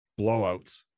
blowouts